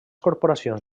corporacions